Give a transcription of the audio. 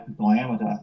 diameter